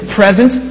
present